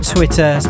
Twitter